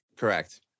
correct